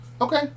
okay